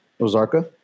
Ozarka